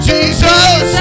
Jesus